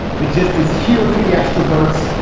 the gist is here for the extroverts,